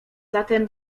zatem